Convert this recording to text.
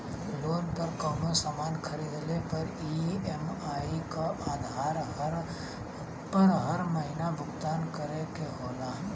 loan पर कउनो सामान खरीदले पर ई.एम.आई क आधार पर हर महीना भुगतान करे के होला